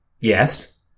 Yes